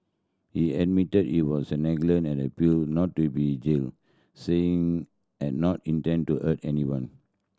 he admitted he was a negligent and pleaded not to be jailed saying had not intended to hurt anyone